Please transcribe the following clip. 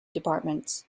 departments